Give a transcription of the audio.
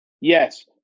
Yes